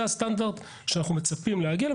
זה הסטנדרט שאנחנו מצפים להגיע אליו,